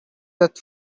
that